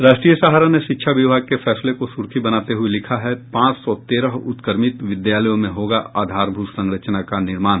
राष्ट्रीय सहारा ने शिक्षा विभाग के फैसले को सुर्खी बनाते हुये लिखा है पांच सौ तेरह उत्क्रमित विद्यालयों में होगा आधारभूत संरचना का निर्माण